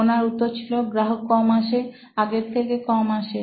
ওনার উত্তর ছিল গ্রাহক কম আসে আগের থেকে কম আসে